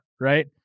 right